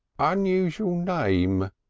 unusual name,